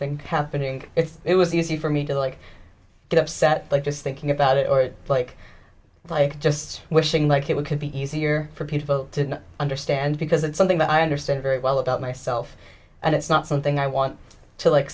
thing happening if it was easy for me to like get upset just thinking about it blake like just wishing like it would be easier for people to understand because it's something that i understand very well about myself and it's not something i want to like